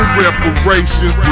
reparations